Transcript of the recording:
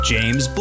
James